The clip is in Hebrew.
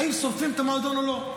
האם שורפים את המועדון או לא,